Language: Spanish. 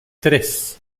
tres